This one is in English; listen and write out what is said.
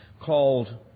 called